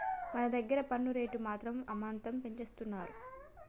మన దగ్గర పన్ను రేట్లు మాత్రం అమాంతం పెంచేస్తున్నారు